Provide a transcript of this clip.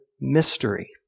mystery